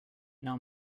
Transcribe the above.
now